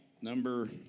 number